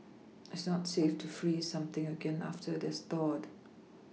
it's not safe to freeze something again after that thawed